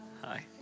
Hi